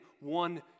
one